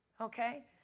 Okay